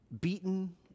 beaten